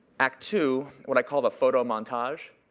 act two what i call the photo montage.